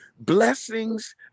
Blessings